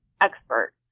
expert